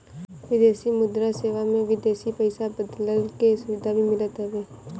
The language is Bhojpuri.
विदेशी मुद्रा सेवा में विदेशी पईसा बदलला के सुविधा भी मिलत हवे